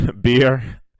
beer